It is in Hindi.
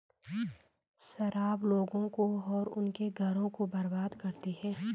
शराब लोगों को और उनके घरों को बर्बाद करती है